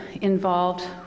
involved